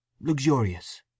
Luxurious